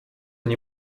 nie